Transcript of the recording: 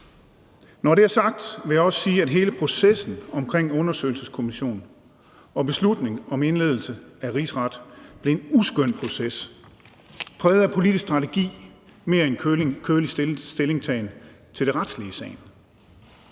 Når det er sagt, vil jeg også sige, at hele processen omkring undersøgelseskommissionen og beslutningen om indledning af en rigsret blev en uskøn proces præget af politisk strategi mere end kølig stillingtagen til det retslige i sagen.